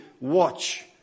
watch